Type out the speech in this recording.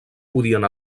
podien